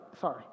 sorry